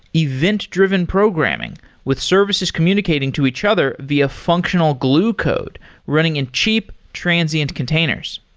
event-driven programming with services communicating to each other via functional glue code running in cheap, transient containers.